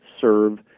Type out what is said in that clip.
serve